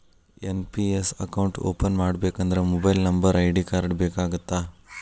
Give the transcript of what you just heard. NPS account open ಮಾಡಬೇಕಂದ್ರ mobile number ID card ಬೇಕಾಗತ್ತಾ?